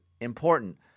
Important